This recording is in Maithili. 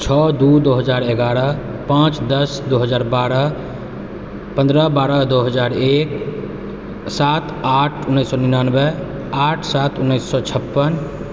छओ दू दो हजार एगारह पाँच दस दो हजार बारह पन्द्रह बारह दो हजार एक सात आठ उन्नैस सओ निनानबे आठ सात उन्नैस सओ छप्पन